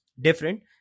different